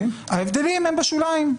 ההבדלים הם בשוליים.